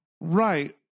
Right